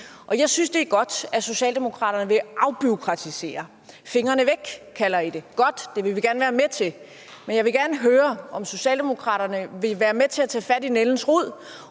Jeg synes, det er godt, at Socialdemokratiet vil afbureaukratisere. Fingrene væk, kalder I det. Godt! Det vil vi gerne være med til. Men jeg vil gerne høre, om Socialdemokratiet vil være med til at tage fat om nældens rod